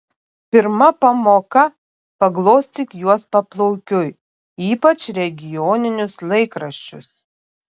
pirma pamoka paglostyk juos paplaukiui ypač regioninius laikraščius